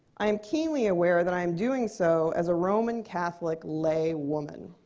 i am keenly aware that i am doing so as a roman catholic laywoman.